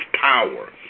power